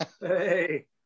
hey